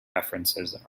references